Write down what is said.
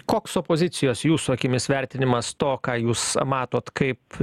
koks opozicijos jūsų akimis vertinimas to ką jūs matot kaip